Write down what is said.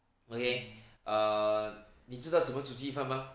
okay err 你知道怎么煮鸡饭吗